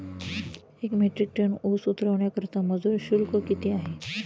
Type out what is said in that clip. एक metric ton ऊस उतरवण्याकरता मजूर शुल्क किती आहे?